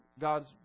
God's